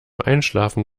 einschlafen